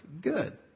good